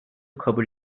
kabul